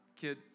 kid